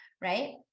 right